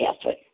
effort